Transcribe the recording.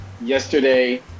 yesterday